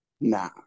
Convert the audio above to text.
Nah